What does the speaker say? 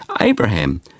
Abraham